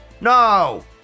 No